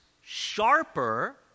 sharper